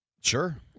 Sure